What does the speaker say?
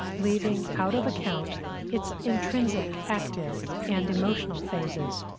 leaving out of account its intrinsic active and emotional phases,